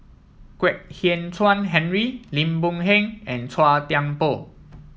Kwek Hian Chuan Henry Lim Boon Heng and Chua Thian Poh